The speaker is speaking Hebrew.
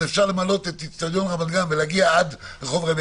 אז למלא את אצטדיון רמת גן ולהגיע עד רחוב רבי